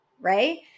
right